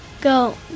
go